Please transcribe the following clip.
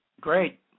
Great